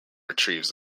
retrieves